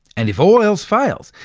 and if all else fails,